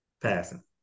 passing